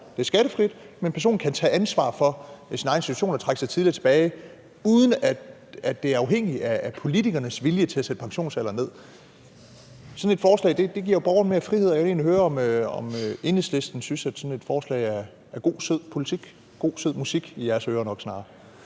det er skattefrit, men personen kan tage ansvar for sin egen situation og trække sig tidligere tilbage, uden at det er afhængigt af politikernes vilje til at sætte pensionsalderen ned. Sådan et forslag giver jo borgeren mere frihed, og jeg vil egentlig høre, om Enhedslisten synes, at sådan et forslag er god, sød politik – eller nok snarere